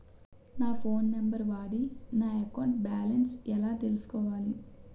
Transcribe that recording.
నా phone number వాడి నా అకౌంట్ బాలన్స్ ఎలా తెలుసుకోవాలి?